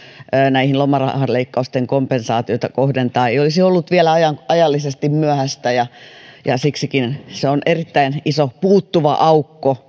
näihin lomarahaleikkausten kompensaatioihin kohdentaa se ei olisi ollut vielä ajallisesti myöhäistä ja ja siksikin se on erittäin iso puuttuva aukko